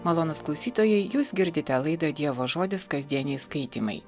malonūs klausytojai jūs girdite laidą dievo žodis kasdieniai skaitymai